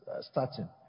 starting